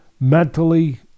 mentally